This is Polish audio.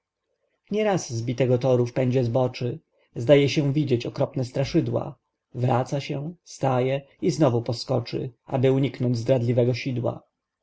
nie raz z bitego toru w pędzie zboczy zdaje się widzieć okropne straszydła wraca się staje i znowu poskoczy aby uniknął zdradliwego sidła